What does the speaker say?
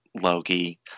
loki